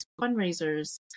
fundraisers